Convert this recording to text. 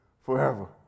forever